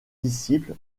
disciple